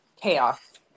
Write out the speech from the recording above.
chaos